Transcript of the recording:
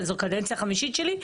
זו קדנציה חמישית שלי.